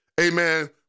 amen